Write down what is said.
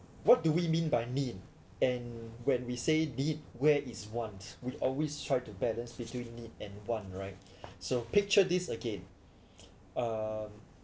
what do we mean by need and when we say need where is want we always try to balance between need and want right so picture this again uh